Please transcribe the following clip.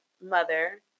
mother